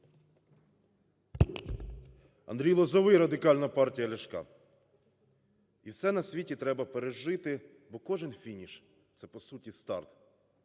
АндрійЛозовой, Радикальна партія Ляшка. "І все на світі треба пережити, бо кожен фініш – це по суті старт.